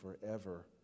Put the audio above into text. forever